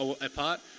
apart